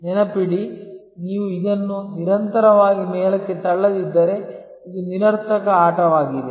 ನೆನಪಿಡಿ ನೀವು ಇದನ್ನು ನಿರಂತರವಾಗಿ ಮೇಲಕ್ಕೆ ತಳ್ಳದಿದ್ದರೆ ಇದು ನಿರರ್ಥಕ ಆಟವಾಗಿದೆ